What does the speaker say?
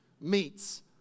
meets